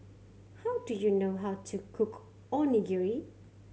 how do you know how to cook Onigiri